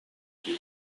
дии